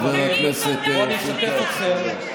חבר הכנסת אופיר כץ.